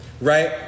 right